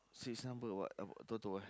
six number what uh Toto eh